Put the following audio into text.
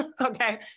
Okay